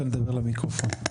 בבקשה.